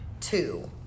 two